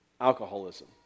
alcoholism